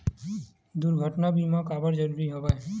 दुर्घटना बीमा काबर जरूरी हवय?